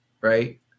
Right